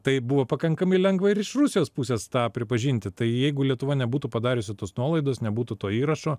tai buvo pakankamai lengva ir iš rusijos pusės tą pripažinti tai jeigu lietuva nebūtų padariusi tos nuolaidos nebūtų to įrašo